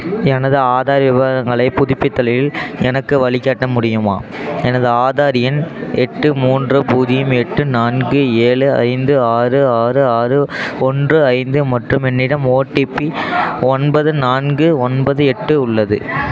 எனது ஆதார் விவரங்களைப் புதுப்பிப்பதில் எனக்கு வழிகாட்ட முடியுமா எனது ஆதார் எண் எட்டு மூன்று பூஜியம் எட்டு நான்கு ஏழு ஐந்து ஆறு ஆறு ஆறு ஒன்று ஐந்து மற்றும் என்னிடம் ஓடிபி ஒன்பது நான்கு ஒன்பது எட்டு உள்ளது